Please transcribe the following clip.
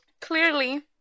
Clearly